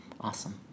awesome